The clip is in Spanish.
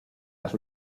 las